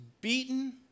beaten